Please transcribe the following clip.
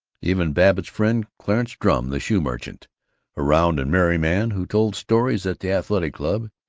even babbitt's friend, clarence drum the shoe merchant a round and merry man who told stories at the athletic club,